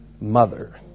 mother